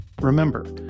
Remember